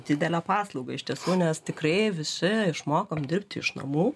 didelę paslaugą iš tiesų nes tikrai visi išmokom dirbti iš namų